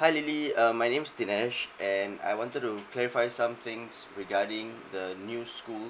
hi lily uh my name's dinesh and I wanted to clarify some things regarding the new school